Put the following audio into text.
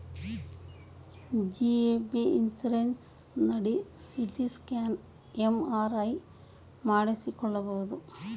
GAP insurance ನಡಿ CT scan, MRI ಮಾಡಿಸಿಕೊಳ್ಳಬಹುದು